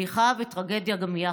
בדיחה וטרגדיה גם יחד.